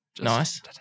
Nice